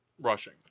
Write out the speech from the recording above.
rushing